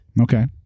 Okay